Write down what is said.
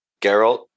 Geralt